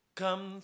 come